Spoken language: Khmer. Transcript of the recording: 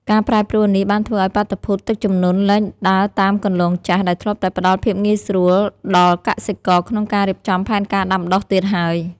ការប្រែប្រួលនេះបានធ្វើឱ្យបាតុភូតទឹកជំនន់លែងដើរតាមគន្លងចាស់ ដែលធ្លាប់តែផ្ដល់ភាពងាយស្រួលដល់កសិករក្នុងការរៀបចំផែនការដាំដុះទៀតហើយ។